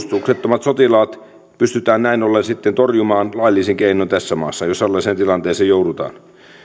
tunnuksettomat sotilaat pystytään näin ollen sitten torjumaan laillisin keinoin tässä maassa jos sellaiseen tilanteeseen joudutaan